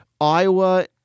Iowa